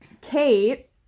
Kate